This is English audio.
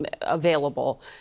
available